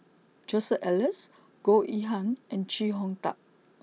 Joseph Elias Goh Yihan and Chee Hong Tat